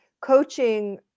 coaching